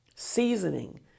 seasoning